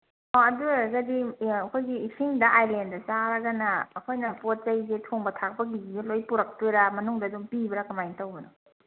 ꯑꯥ ꯑꯗꯨ ꯑꯣꯏꯔꯒꯗꯤ ꯑꯩꯈꯣꯏꯒꯤ ꯏꯁꯤꯡꯗ ꯑꯥꯏꯂꯦꯟꯗ ꯆꯥꯔꯒꯅ ꯑꯩꯈꯣꯏꯅ ꯄꯣꯠꯆꯩꯁꯦ ꯊꯣꯡꯕ ꯊꯥꯛꯄꯒꯤꯁꯦ ꯂꯣꯏ ꯄꯨꯔꯛꯇꯣꯏꯔꯥ ꯃꯅꯨꯡꯗ ꯑꯗꯨꯝ ꯄꯤꯕ꯭ꯔꯥ ꯀꯃꯥꯏ ꯇꯧꯕꯅꯣ